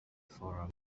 for